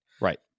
Right